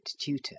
tutor